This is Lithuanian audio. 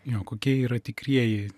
jo kokie yra tikrieji